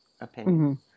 opinion